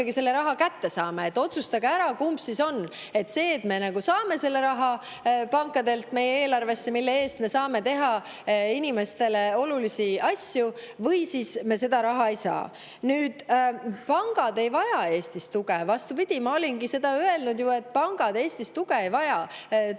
kätte. Otsustage ära, kumb siis on. Kas see, et me saame selle raha pankadelt meie eelarvesse ja selle [raha] eest me saame teha inimestele olulisi asju või siis [see, et] me seda raha ei saa? Pangad ei vaja Eestis tuge. Vastupidi. Ma olengi seda öelnud, et pangad Eestis tuge ei vaja.